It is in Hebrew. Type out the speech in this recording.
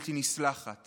ובלתי נסלחת